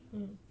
mm